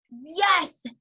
Yes